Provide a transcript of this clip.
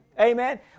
Amen